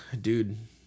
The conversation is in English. Dude